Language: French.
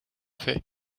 fait